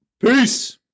Peace